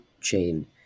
chain